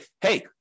hey